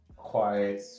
quiet